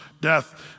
death